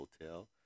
Hotel